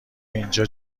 اینجا